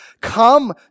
Come